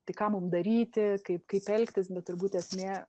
tai ką mum daryti kaip kaip elgtis bet turbūt esmė